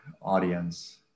audience